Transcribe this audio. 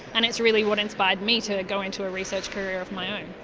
and it is really what inspired me to go into a research career of my own.